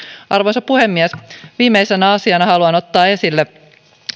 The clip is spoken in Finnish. arvoisa puhemies viimeisenä asiana haluan ottaa esille